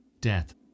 Death